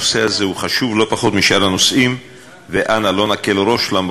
מי כמוני יודע כמה אני אוהב אותך ונהנה גם מההומור שלך.